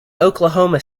oklahoma